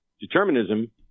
determinism